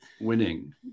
winning